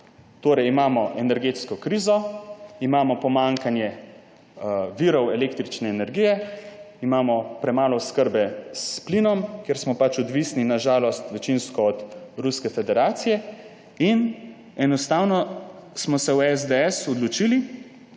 torej energetsko krizo, imamo pomanjkanje virov električne energije, imamo premalo oskrbe s plinom, ker smo pač na žalost večinsko odvisni od Ruske federacije, in enostavno smo se v SDS odločili,